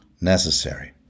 necessary